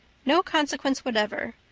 no consequence whatever.